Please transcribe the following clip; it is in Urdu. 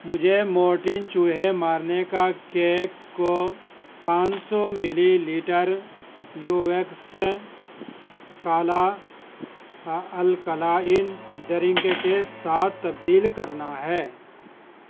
مجھے مورٹین چوہے مارنے کا کیک کو پانچ سو ملی لیٹر یوویکس کالا الکلائن ڈرنک کے ساتھ تبدیل کرنا ہے